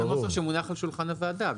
את מקריאה את הנוסח שמונח על שולחן הוועדה.